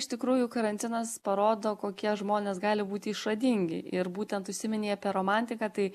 iš tikrųjų karantinas parodo kokie žmonės gali būti išradingi ir būtent užsiminei apie romantiką tai